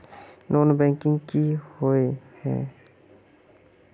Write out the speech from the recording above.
Non banking किए हिये है?